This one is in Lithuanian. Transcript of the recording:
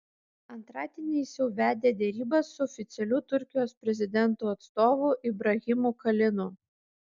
antradienį jis jau vedė derybas su oficialiu turkijos prezidento atstovu ibrahimu kalinu